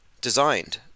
designed